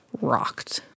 rocked